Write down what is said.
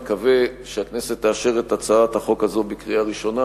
מקווה שהכנסת תאשר את הצעת החוק הזאת בקריאה ראשונה